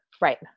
right